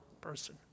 person